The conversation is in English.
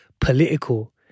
political